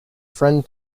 friend